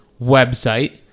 website